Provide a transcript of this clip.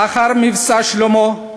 לאחר "מבצע שלמה"